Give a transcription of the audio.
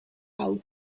how